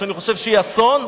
אני חושב שהיא אסון,